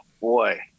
boy